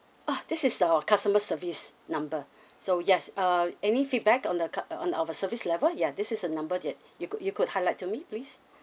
oh this is our customer service number so yes uh any feedback on the card uh on our service level ya this is the number that you could you could highlight to me please